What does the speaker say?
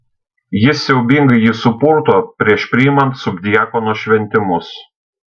jis siaubingai jį supurto prieš priimant subdiakono šventimus